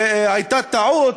הייתה טעות,